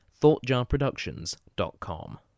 ThoughtJarProductions.com